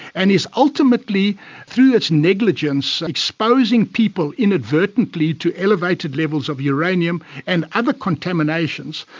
and is ultimately through its negligence exposing people inadvertently to elevated levels of uranium and other contaminations,